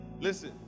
Listen